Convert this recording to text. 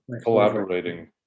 Collaborating